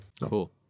Cool